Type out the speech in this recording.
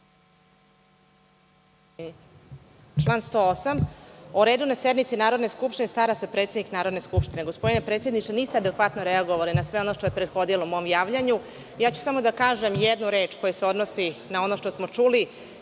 članu 108. – o redu na sednici Narodne skupštine stara se predsednik Narodne skupštine. Gospodine predsedniče, niste adekvatno reagovali na sve ono što je prethodilo mom javljanju. Samo ću da kažem jednu reč koja se odnosi na ono što smo čuli.